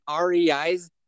REI's